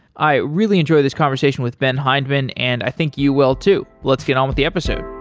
i really enjoyed this conversation with ben hindman and i think you will too. let's get on with the episode.